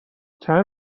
چند